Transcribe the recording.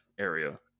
area